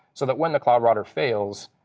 so that when the cloud router fails,